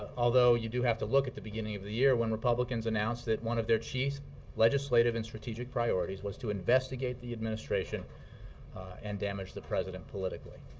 although you do have to look at the beginning of the year when republicans announced that one of their chief legislative and strategic priorities was to investigate the administration and damage the president politically.